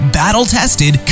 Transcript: battle-tested